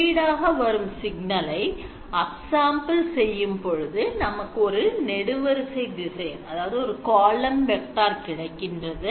உள்ளீடாக வரும் சிக்னலை upsample செய்யும் பொழுது நமக்கு ஒரு நெடுவரிசை திசையன் கிடைக்கின்றது